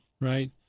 Right